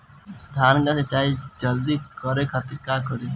धान के सिंचाई जल्दी करे खातिर का करी?